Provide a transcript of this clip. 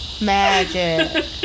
magic